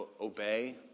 obey